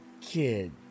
kid